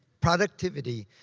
productivity.